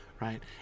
right